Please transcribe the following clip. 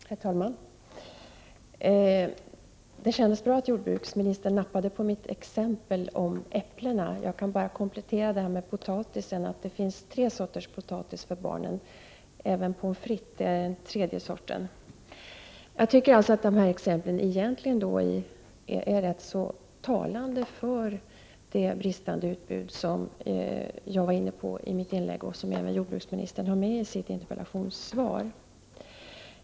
Herr talman! Det kändes bra att jordbruksministern nappade på mitt exempel om äpplena. Jag kan komplettera exemplet med potatisen. Det finns tre sorters potatis för barnen. Pommes frites är den tredje sorten. Jag tycker att dessa exempel är rätt talande för det bristande utbud som jag var inne på i mitt inlägg och som även jordbruksministern har med i sitt interpellationssvar.